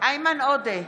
איימן עודה,